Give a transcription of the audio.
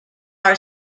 are